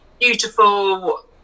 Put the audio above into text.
beautiful